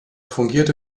fungierte